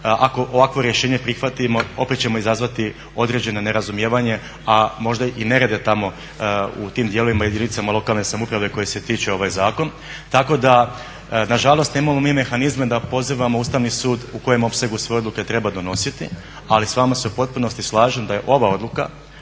Ako ovakvo rješenje prihvatimo opet ćemo izazvati određeno nerazumijevanje, a možda i nerede tamo u tim dijelovima i jedinicama lokalne samouprave kojih se tiče ovaj zakon. Tako da nažalost nemamo mi mehanizme da pozivamo Ustavni sud u kojem opsegu svoje odluke treba donositi ali s vama se u potpunosti slažem da je ova odluka